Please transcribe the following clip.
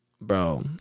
bro